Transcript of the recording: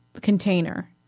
container